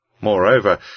Moreover